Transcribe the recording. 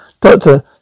Doctor